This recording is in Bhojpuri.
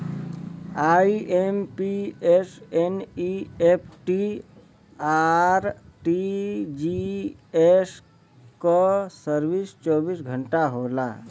आई.एम.पी.एस, एन.ई.एफ.टी, आर.टी.जी.एस क सर्विस चौबीस घंटा होला